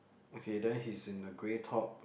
okay then he's in the grey top